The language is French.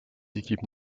équipes